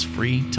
Free